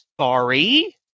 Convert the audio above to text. sorry